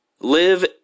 live